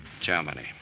Germany